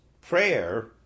prayer